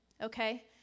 Okay